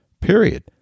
period